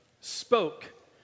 spoke